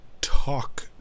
talk